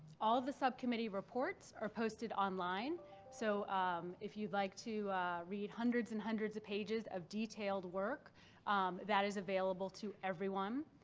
all the subcommittee reports are posted online so if you'd like to read hundreds and hundreds of pages of detailed work that is available to everyone.